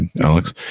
Alex